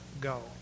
go